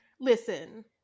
Listen